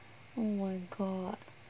oh my god